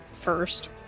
first